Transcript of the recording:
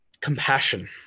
compassion